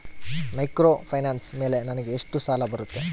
Microfinance ಮೇಲೆ ನನಗೆ ಎಷ್ಟು ಸಾಲ ಬರುತ್ತೆ?